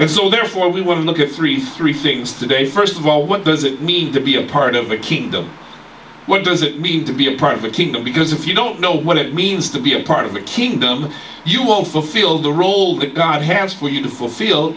and so therefore we will look at three three things today first of all what does it mean to be a part of a kingdom what does it mean to be a part of a kingdom because if you don't know what it means to be a part of the kingdom you will fulfill the role that god has for you to fulfill